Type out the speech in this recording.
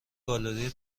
گالری